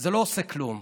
זה לא עושה כלום.